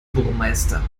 burmeister